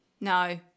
No